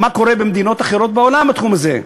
מה קורה במדינות אחרות בעולם בתחום הזה.